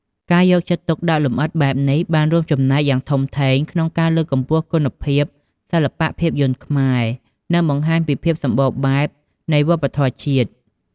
ការយកចិត្តទុកដាក់លម្អិតបែបនេះបានរួមចំណែកយ៉ាងធំធេងក្នុងការលើកកម្ពស់គុណភាពសិល្បៈភាពយន្តខ្មែរ និងបង្ហាញពីភាពសម្បូរបែបនៃវប្បធម៌ជាតិ។